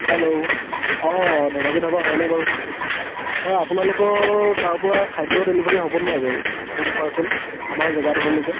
hello অঁ ধেমাজি ধাবা হয়নে বাৰু হয় আপোনালোকৰ তাৰ পৰা খাদ্য ডেলিভাৰি হ'বনে নাই বাৰু ফুড পাৰ্চেল আমাৰ জেগাডোখৰলৈকে